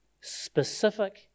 Specific